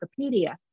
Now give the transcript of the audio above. Wikipedia